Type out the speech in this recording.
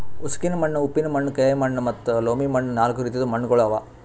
ಉಸುಕಿನ ಮಣ್ಣ, ಉಪ್ಪಿನ ಮಣ್ಣ, ಕ್ಲೇ ಮಣ್ಣ ಮತ್ತ ಲೋಮಿ ಮಣ್ಣ ನಾಲ್ಕು ರೀತಿದು ಮಣ್ಣುಗೊಳ್ ಅವಾ